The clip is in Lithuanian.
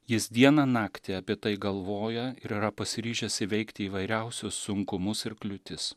jis dieną naktį apie tai galvoja ir yra pasiryžęs įveikti įvairiausius sunkumus ir kliūtis